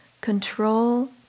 Control